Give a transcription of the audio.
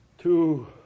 two